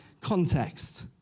context